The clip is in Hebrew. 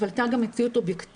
אבל הייתה גם מציאות אובייקטיבית,